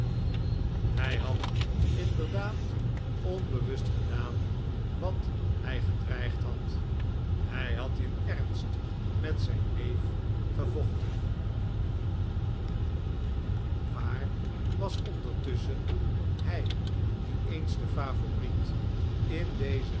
hij had inderdaad onbewust gedaan wat hij gedreigd had hij had in ernst met zijn neef gevochten waar was ondertusschen hij die eens de favoriet in dezen